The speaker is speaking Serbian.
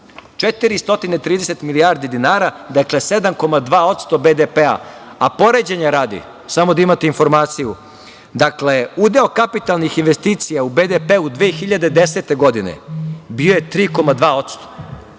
430 milijardi dinara, dakle 7,2 posto BDP.Poređenja radi, samo da imate informaciju, dakle, udeo kapitalnih investicija u BDP, 2010. godine, bio je 3,2